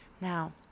Now